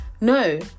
no